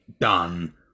done